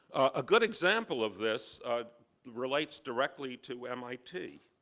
a good example of this relates directly to mit.